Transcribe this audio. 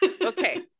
Okay